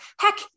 heck